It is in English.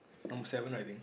number seven I think